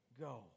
go